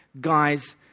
guys